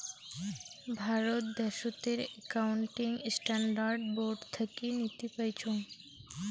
ভারত দ্যাশোতের accounting standard board থাকি নীতি পাইচুঙ